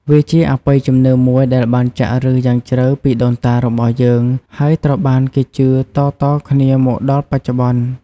វាជាអបិយជំនឿមួយដែលបានចាក់ឫសយ៉ាងជ្រៅពីដូនតារបស់យើង ហើយត្រូវបានគេជឿតៗគ្នាមកដល់បច្ចុប្បន្ន។